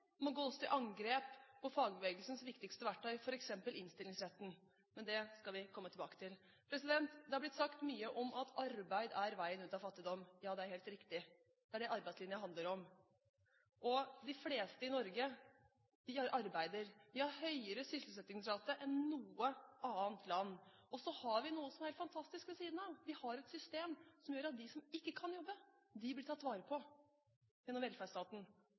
gås til angrep på fagbevegelsens viktigste verktøy, f.eks. innstillingsretten. Men det skal vi komme tilbake til. Det har blitt sagt mye om at arbeid er veien ut av fattigdom. Ja, det er helt riktig. Det er det arbeidslinjen handler om. De fleste i Norge arbeider. Vi har høyere sysselsettingsrate enn noe annet land, og så har vi noe som er helt fantastisk ved siden av: Vi har et system som gjør at de som ikke kan jobbe, blir tatt vare på gjennom velferdsstaten